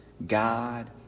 God